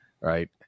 right